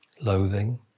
loathing